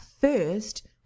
first